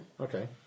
okay